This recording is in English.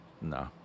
No